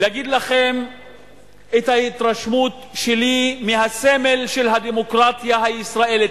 לכם את התרשמותי מהסמל של הדמוקרטיה הישראלית.